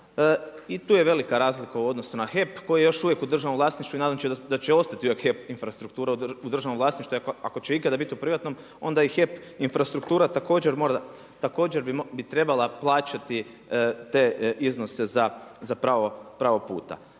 i tu je velika razlika u odnosu na HEP koji je još uvijek u državnom vlasništvu i nadam se da će ostati GEP infrastruktura u državnom vlasništvu jer ako će ikada biti u privatnom onda i HEP infrastruktura također bi trebala plaćati te iznose za pravo puta.